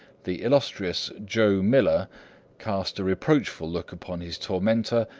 the illustrious jo. miller cast a reproachful look upon his tormentor,